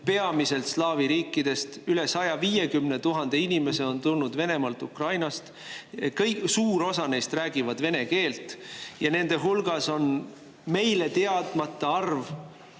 peamiselt slaavi riikidest, üle 150 000 inimese on tulnud Venemaalt ja Ukrainast. Suur osa neist räägivad vene keelt ja nende hulgas on meile teadmata arv,